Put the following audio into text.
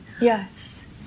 Yes